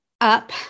up